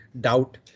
Doubt